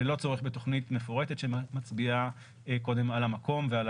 ללא צורך בתוכנית מפורטת שמצביעה קודם על המקום ועל